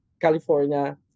California